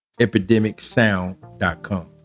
epidemicsound.com